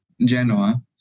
Genoa